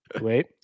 wait